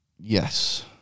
yes